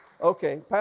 Okay